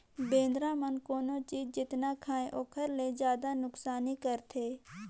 बेंदरा मन कोनो चीज जेतना खायें ओखर ले जादा नुकसानी करथे